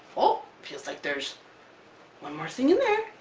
oh! feels like there's one more thing in there.